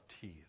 teeth